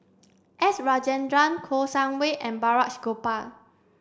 S Rajendran Kouo Shang Wei and Balraj Gopal